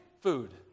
food